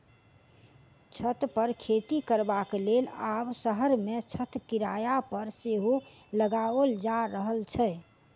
छत पर खेती करबाक लेल आब शहर मे छत किराया पर सेहो लगाओल जा रहल छै